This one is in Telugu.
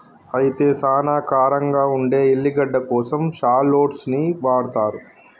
అయితే సానా కారంగా ఉండే ఎల్లిగడ్డ కోసం షాల్లోట్స్ ని వాడతారు